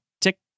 tick